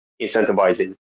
incentivizing